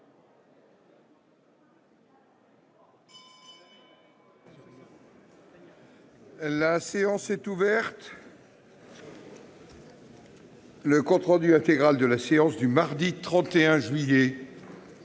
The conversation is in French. La séance est ouverte. Le compte rendu intégral de la séance du mardi 31 juillet